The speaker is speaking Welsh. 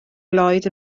lloyd